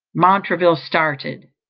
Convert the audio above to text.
montraville started.